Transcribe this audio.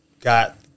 got